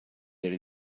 ele